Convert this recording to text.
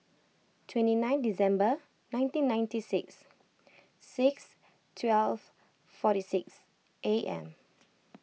twenty nine December nineteen ninety six six twelve forty six A M